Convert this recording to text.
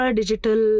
digital